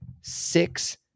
six